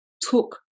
took